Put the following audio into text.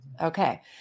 Okay